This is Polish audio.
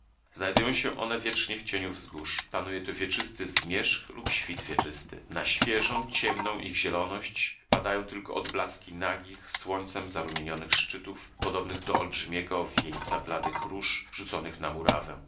znajdują się one wiecznie w cieniu wzgórz panuje tu wieczysty zmierzch lub świt wieczysty na świeżą ciemną ich zieloność padają tylko odblaski nagich słońcem zarumienionych szczytów podobnych do olbrzymiego wieńca bladych róż rzuconych na murawę